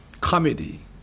comedy